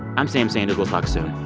i'm sam sanders. we'll talk soon